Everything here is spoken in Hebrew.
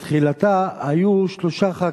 בתחילתה, היו שלושה ח"כים.